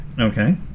Okay